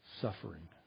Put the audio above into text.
suffering